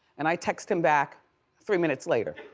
and i text him back three minutes later,